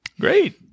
Great